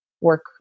work